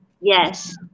Yes